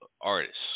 artists